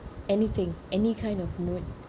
anything any kind of mood